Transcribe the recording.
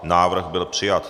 Návrh byl přijat.